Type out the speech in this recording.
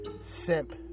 simp